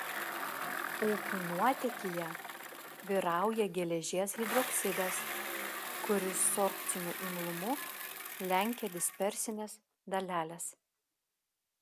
upių nuotėkyje vyrauja geležies hidroksidas kuris sorbciniu imlumu lenkia dispersines daleles